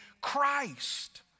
Christ